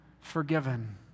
forgiven